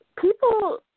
People